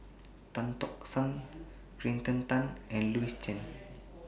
Tan Tock San Kirsten Tan and Louis Chen